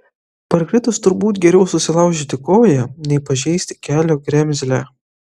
parkritus turbūt geriau susilaužyti koją nei pažeisti kelio kremzlę